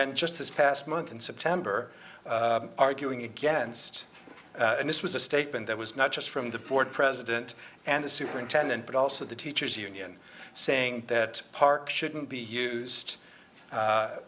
then just this past month in september arguing against this was a statement that was not just from the board president and the superintendent but also the teachers union saying that park shouldn't be used